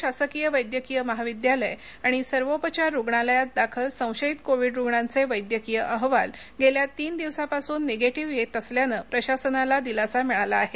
अकोला शासकीय वैद्यकीय महाविद्यालय आणि सर्वोपचार रुग्णालयात दाखल संशयित कोविड रुग्णांचे वैद्यकीय अहवाल गेल्या तीन दिवसापासून निगेटिव्ह येत असल्यानं प्रशासनाला दिलासा मिळाला आहे